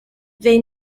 they